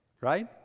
Right